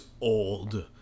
old